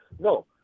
no